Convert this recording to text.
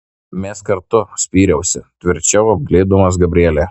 mes kartu spyriausi tvirčiau apglėbdamas gabrielę